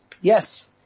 yes